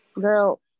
girl